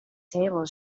table